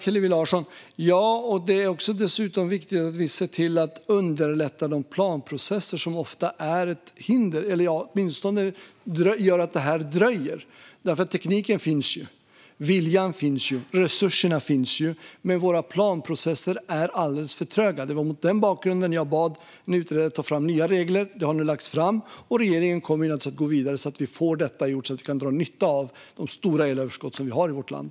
Herr talman! Ja, och det är dessutom viktigt att vi ser till att underlätta de planprocesser som ofta är ett hinder eller som åtminstone gör att detta dröjer. Tekniken finns. Viljan finns. Resurserna finns. Men våra planprocesser är alldeles för tröga. Det var mot den bakgrunden jag bad en utredare att ta fram nya regler. Detta har nu lagts fram. Regeringen kommer naturligtvis att gå vidare så att vi får detta gjort och kan dra nytta av de stora elöverskott som vi har i vårt land.